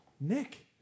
Nick